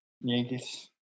Yankees